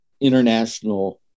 international